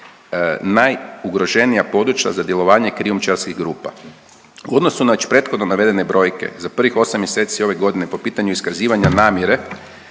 najugroženija područja za djelovanje krijumčarskih grupa. U odnosu na već prethodno navedene brojke za prvih 8 mjeseci ove godine po pitanju iskazivanja namjere